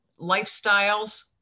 lifestyles